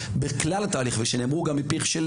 שנשמעו גם מפיך,